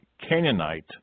Canaanite